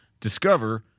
Discover